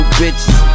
bitches